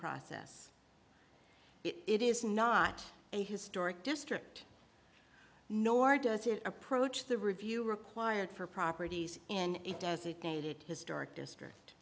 process it is not a historic district nor does it approach the review required for properties in a designated historic district